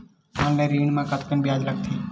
Online ऋण म कतेकन ब्याज लगथे?